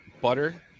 butter